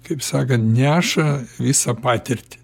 kaip sakant neša visą patirtį